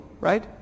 Right